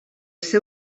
seu